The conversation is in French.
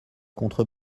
contre